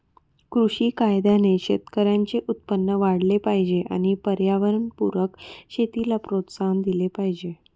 कृषी कायद्याने शेतकऱ्यांचे उत्पन्न वाढले पाहिजे आणि पर्यावरणपूरक शेतीला प्रोत्साहन दिले पाहिजे